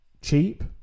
cheap